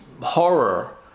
horror